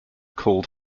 called